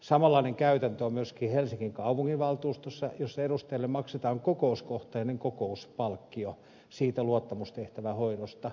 samanlainen käytäntö on myöskin helsingin kaupunginvaltuustossa missä edustajille maksetaan kokouskohtainen kokouspalkkio luottamustehtävän hoidosta